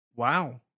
Wow